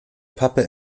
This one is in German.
pappe